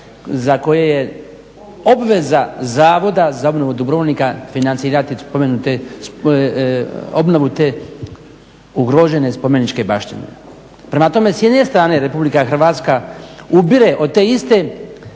za koje je obveza Zavoda za obnovu Dubrovnika financirati spomenute, obnovu te ugrožene spomeničke baštine. Prema tome, s jedne strane Republika Hrvatska ubire od te iste